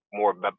more